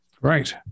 Right